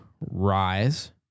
rise